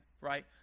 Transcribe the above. right